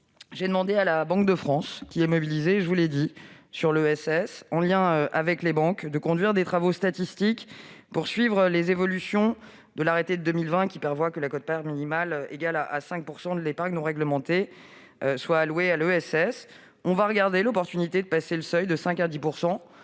j'ai demandé à la Banque de France, qui est mobilisée sur l'ESS, je vous l'ai dit, en lien avec les banques, de conduire des travaux statistiques pour suivre les évolutions de l'arrêté de 2020, qui prévoit que la quote-part minimale égale à 5 % de l'épargne non réglementée soit allouée à l'ESS. Nous étudierons l'intérêt de porter ce seuil de 5 % à 10